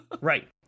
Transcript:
Right